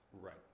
Right